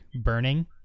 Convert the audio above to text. burning